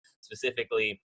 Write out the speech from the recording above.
specifically